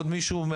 כן?